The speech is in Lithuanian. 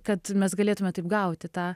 kad mes galėtume taip gauti tą